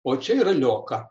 o čia yra lioka